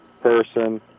person